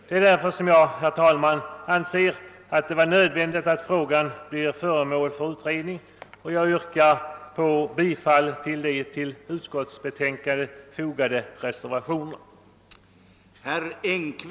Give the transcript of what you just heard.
Det är därför som jag, herr talman, anser det vara nödvändigt att frågan blir föremål för utredning, och jag yrkar bifall till de vid utskottets betänkande fogade reservationerna.